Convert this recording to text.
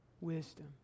wisdom